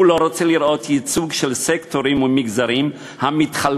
הוא לא רוצה לראות ייצוג של סקטורים מול מגזרים המתחלקים,